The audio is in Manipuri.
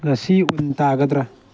ꯉꯁꯤ ꯎꯟ ꯇꯥꯒꯗ꯭ꯔꯥ